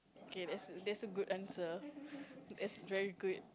okay that's that's a good answer that's very good